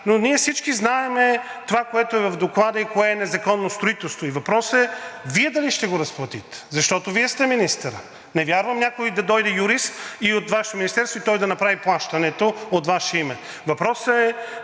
но ние всички знаем това, което е в доклада, и кое е незаконно строителство. И въпросът е: Вие дали ще го разплатите, защото Вие сте министърът? Не вярвам някой да дойде – юрист от Вашето министерство, и той да направи плащането от Ваше име. Въпросът е: